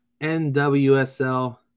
NWSL